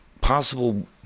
possible